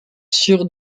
sur